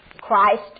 Christ